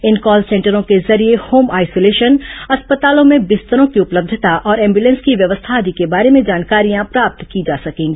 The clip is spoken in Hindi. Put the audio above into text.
इन कॉल सेंटरों के जरिये होम आइसोलेशन अस्पतालों में बिस्तरों की उपलब्धता और एंबुलेंस की व्यवस्था आदि के बारे में जानकारियां प्राप्त की जा सकेंगी